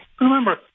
Remember